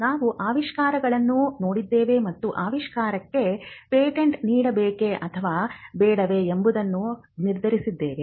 ನಾವು ಆವಿಷ್ಕಾರಗಳನ್ನು ನೋಡಿದ್ದೇವೆ ಮತ್ತು ಆವಿಷ್ಕಾರಕ್ಕೆ ಪೇಟೆಂಟ್ ನೀಡಬೇಕೇ ಅಥವಾ ಬೇಡವೇ ಎಂಬುದನ್ನು ನಿರ್ಧರಿಸಿದ್ದೇವೆ